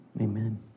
Amen